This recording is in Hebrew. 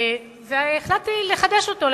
והחלטתי לחדש אותו,